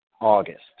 August